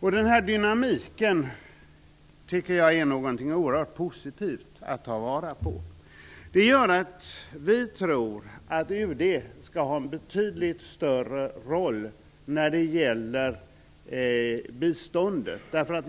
Jag tycker att denna dynamik är något oerhört positivt, som man bör ta vara på. Vi menar därför att UD bör ha en betydligt större roll när det gäller biståndet.